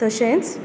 तशेंच